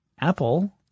Apple